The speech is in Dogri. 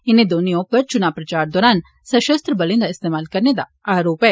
इनें दौनें उप्पर चुना प्रचार दौरान सषस्त्र बलें दा इस्तेमाल करने दा आरोप ऐ